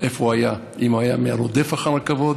איפה הוא היה, אם הוא היה מהרודפים אחר הכבוד